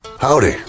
Howdy